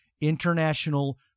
international